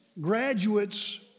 graduates